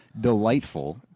delightful